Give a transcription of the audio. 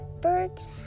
birds